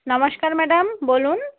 নমস্কার ম্যাডাম বলুন